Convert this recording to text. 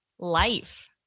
Life